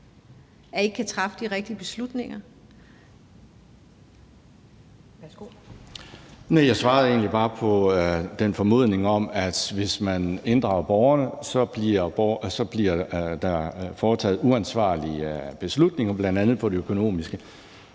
jeg svarede egentlig bare på formodningen om, at hvis man inddrager borgerne, bliver der taget uansvarlige beslutninger, bl.a. på det økonomiske.